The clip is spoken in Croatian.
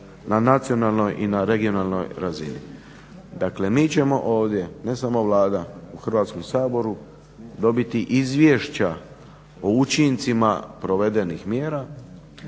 na nacionalnoj i na regionalnoj razini. Dakle, mi ćemo ovdje ne samo Vlada u Hrvatskom saboru dobiti izvješća o učincima provedenih mjera,